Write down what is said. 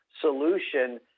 solution